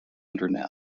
internet